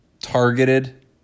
targeted